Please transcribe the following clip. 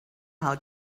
how